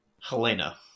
helena